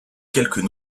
quelques